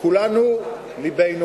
כולנו לבנו